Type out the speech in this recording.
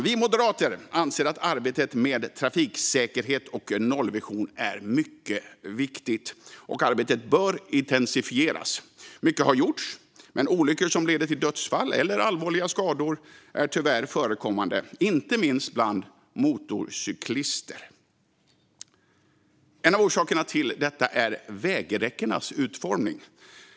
Vi moderater anser att arbetet med trafiksäkerhet och en nollvision är mycket viktigt och bör intensifieras. Mycket har gjorts, men olyckor som leder till dödfall eller allvarliga skador förekommer tyvärr - inte minst bland motorcyklister. En av orsakerna till detta är vägräckenas utformning.